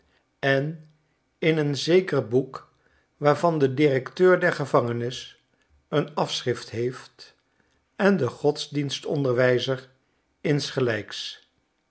en in een zeker boek waarvan de directeur der gevangenis een afschrift heeft en de godsdienstonderwijzer insgelijks